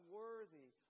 worthy